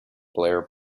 blair